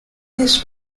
this